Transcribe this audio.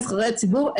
נבחרי הציבור,